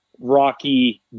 rocky